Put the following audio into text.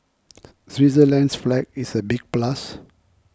Switzerland's flag is a big plus